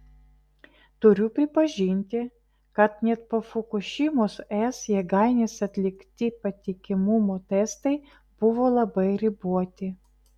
turiu pripažinti kad net po fukušimos es jėgainėse atlikti patikimumo testai buvo labai riboti